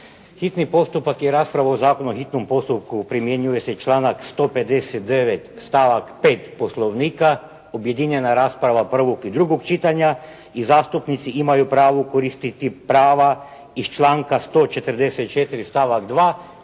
Hitni postupak je rasprava o Zakonu o hitnom postupku, primjenjuje se članak 159. stavak 5. poslovnika, objedinjena rasprava prvog i drugog čitanja i zastupnici imaju pravo koristiti prava iz članka 144. stavak 2.